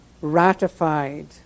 ratified